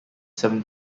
seven